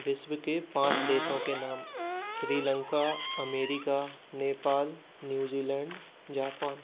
विश्व के पाँच देशों के नाम Sri Lanka America Nepal New Zealand Japan